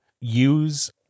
use